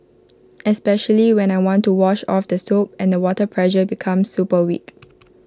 especially when I want to wash off the soap and the water pressure becomes super weak